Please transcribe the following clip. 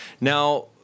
Now